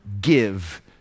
give